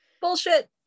bullshit